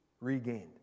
regained